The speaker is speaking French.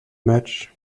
match